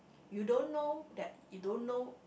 you don't know that you don't know